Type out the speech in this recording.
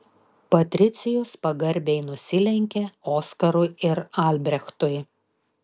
patricijus pagarbiai nusilenkė oskarui ir albrechtui